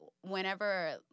whenever